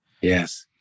Yes